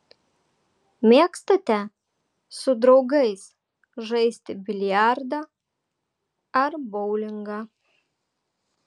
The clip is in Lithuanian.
mėgstate su draugais žaisti biliardą ar boulingą